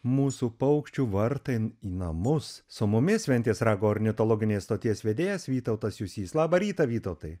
mūsų paukščių vartai į namus su mumis ventės rago ornitologinės stoties vedėjas vytautas jusys labą rytą vytautai